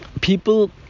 people